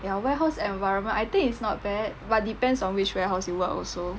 ya warehouse environment I think it's not bad but depends on which warehouse you work also